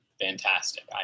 fantastic